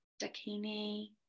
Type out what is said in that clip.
Dakini